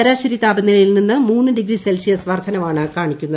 ശരാശരി താപനിലയിൽ നിന്ന് മൂന്ന് ഡിഗ്രി സെൽഷ്യസ് വർദ്ധനവാണ് കാണിക്കുന്നത്